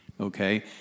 okay